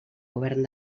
govern